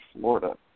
Florida